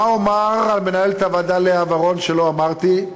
מה אומר על מנהלת הוועדה לאה ורון שלא אמרתי?